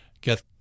get